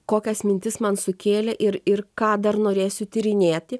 kokias mintis man sukėlė ir ir ką dar norėsiu tyrinėti